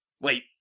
Wait